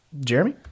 Jeremy